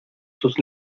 sus